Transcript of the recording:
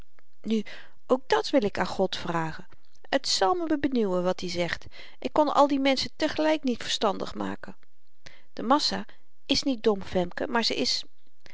nu ook dàt wil ik aan god vragen t zal me benieuwen wat i zegt ik kon al die menschen te gelyk niet verstandig maken de massa is niet dom femke maar ze is